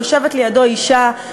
יושבת לידו אישה,